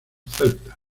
celtas